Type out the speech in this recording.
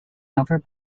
over